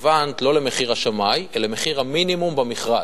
התכוונת לא למחיר השמאי אלא למחיר המינימום במכרז.